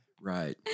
Right